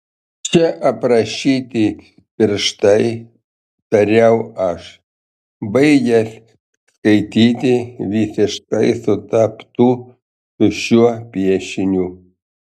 čia aprašyti pirštai tariau aš baigęs skaityti visiškai sutaptų su šiuo piešiniu